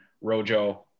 Rojo